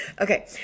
Okay